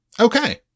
okay